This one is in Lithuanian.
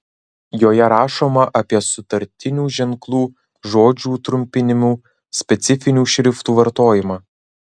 joje rašoma apie sutartinių ženklų žodžių trumpinimų specifinių šriftų vartojimą